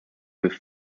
with